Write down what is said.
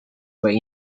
was